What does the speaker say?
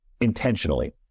intentionally